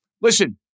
Listen